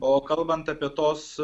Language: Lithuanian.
o kalbant apie tos